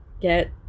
Get